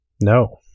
No